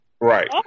Right